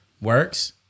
Works